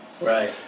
Right